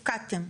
הפקעתם.